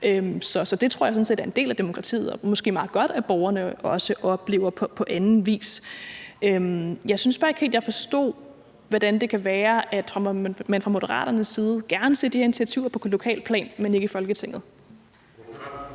Så det tror jeg sådan set er en del af demokratiet, og det er måske også meget godt, at borgerne oplever det på anden vis. Jeg synes bare ikke helt, at jeg forstod, hvordan det kan være, at man fra Moderaternes side gerne vil se de her initiativer på lokalt plan, men ikke i Folketinget.